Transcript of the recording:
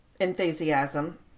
enthusiasm